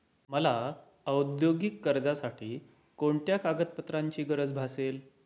मला औद्योगिक कर्जासाठी कोणत्या कागदपत्रांची गरज भासेल?